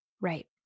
Right